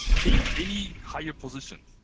take any higher position.